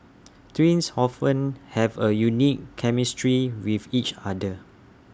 twins often have A unique chemistry with each other